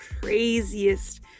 craziest